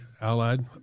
Allied